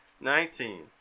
nineteen